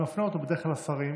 ומפנה אותן בדרך כלל לשרים